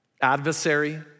Adversary